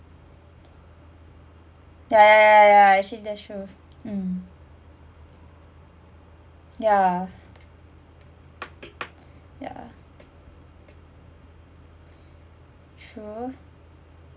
ya ya ya ya ya actually that's true um ya ya sure